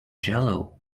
jello